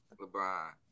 LeBron